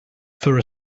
for